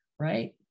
right